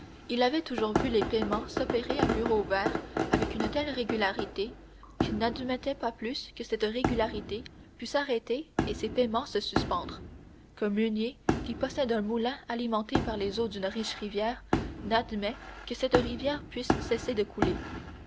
il avait toujours vu les paiements s'opérer à bureaux ouverts avec une telle régularité qu'il n'admettait pas plus que cette régularité pût s'arrêter et ces paiements se suspendre qu'un meunier qui possède un moulin alimenté par les eaux d'une riche rivière n'admet que cette rivière puisse cesser de couler